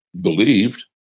believed